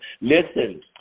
Listen